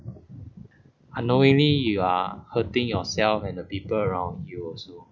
unknowingly you are hurting yourself and the people around you also